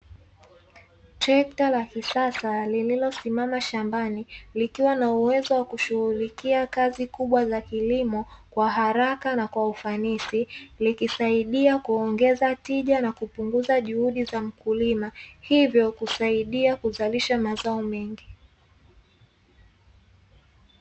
Trekta la kisasa lililosimama shambani, likiwa na uwezo wa kushughulikia kazi kubwa za kilimo kwa haraka na ufanisi, likisaidia kuongeza tija na kupunguza juhudi za mkulima, hivyo kusaidia kuzalisha mazao mengi.